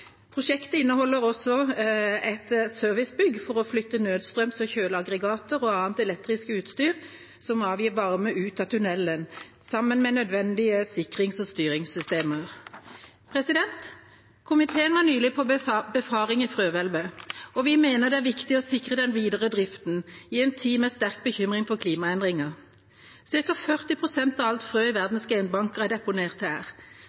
Prosjektet inneholder også et servicebygg for å flytte nødstrøms- og kjøleaggregater og annet elektrisk utstyr som avgir varme, ut av tunnelen samt nødvendige sikrings- og styringssystemer. Komiteen var nylig på befaring i frøhvelvet, og vi mener det er viktig å sikre den videre driften i en tid med sterk bekymring for klimaendringer. Cirka 40 pst. av alt frø i verdens genbanker er deponert her.